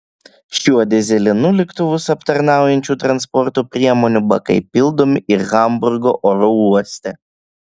šiuo dyzelinu lėktuvus aptarnaujančių transporto priemonių bakai pildomi ir hamburgo oro uoste